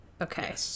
okay